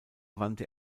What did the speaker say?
wandte